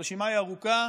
הרשימה היא ארוכה